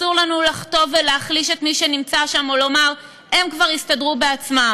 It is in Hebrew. ואסור לנו לחטוא ולהחליש את מי שנמצא שם או לומר: הם כבר יסתדרו בעצמם.